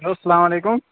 hello السلامُ علیکُم